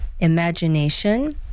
imagination